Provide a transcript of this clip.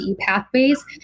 pathways